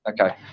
okay